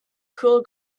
cool